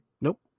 nope